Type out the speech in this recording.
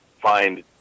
find